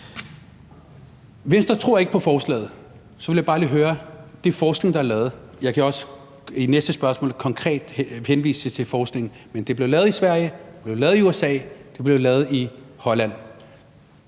tror ikke på forslaget. Så vil jeg bare lige høre om noget, hvad angår den forskning, der er lavet. Jeg kan også i næste spørgsmål konkret henvise til forskningen. Men den er blevet lavet i Sverige, den er blevet lavet i USA, den er blevet lavet i Holland.